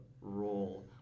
role